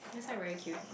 that's why very cute